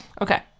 Okay